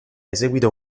eseguito